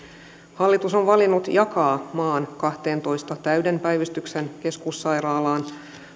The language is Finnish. hallitus on valinnut jakaa maan kahteentoista täyden päivystyksen keskussairaalaan